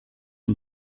and